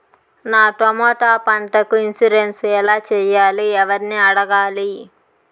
నా టమోటా పంటకు ఇన్సూరెన్సు ఎలా చెయ్యాలి? ఎవర్ని అడగాలి?